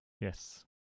Yes